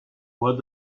what